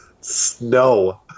Snow